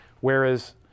Whereas